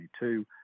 2022